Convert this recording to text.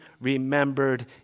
remembered